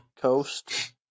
Coast